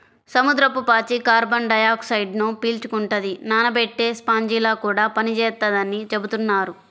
సముద్రపు పాచి కార్బన్ డయాక్సైడ్ను పీల్చుకుంటది, నానబెట్టే స్పాంజిలా కూడా పనిచేత్తదని చెబుతున్నారు